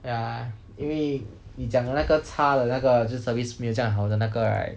ya 因为你讲的那个差的那个就是 service 没有这样好的那个 right